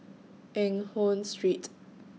Eng Hoon Street